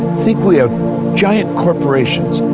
think, we have giant corporations,